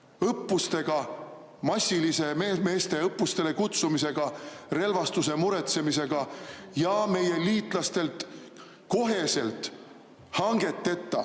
õppustega, massilise meeste õppustele kutsumisega, relvastuse muretsemisega ja meie liitlastelt kohe, hangeteta,